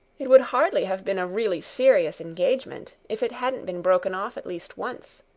it would hardly have been a really serious engagement if it hadn't been broken off at least once.